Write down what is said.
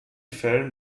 fällen